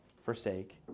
forsake